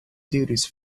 duties